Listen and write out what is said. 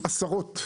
עשרות.